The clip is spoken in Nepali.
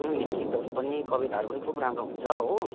अँ नि गीतहरू पनि कविताहरू पनि खुब राम्रो हुन्छ हो